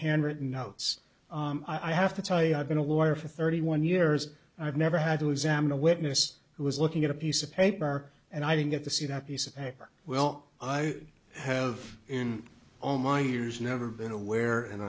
handwritten notes i have to tell you are going to lawyer for thirty one years i've never had to examine a witness who was looking at a piece of paper and i didn't get to see that piece of paper well i have in all my years never been aware and